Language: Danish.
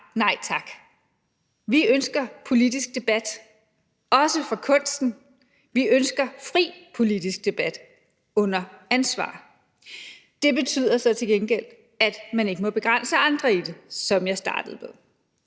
nej tak. Vi ønsker politisk debat, også for kunsten. Vi ønsker fri politisk debat – under ansvar. Det betyder så til gengæld, at man ikke må begrænse andre i det, som jeg startede med